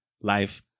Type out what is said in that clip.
life